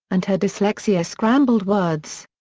and her dyslexia scrambled words.